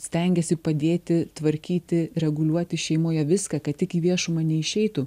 stengiasi padėti tvarkyti reguliuoti šeimoje viską kad tik į viešumą neišeitų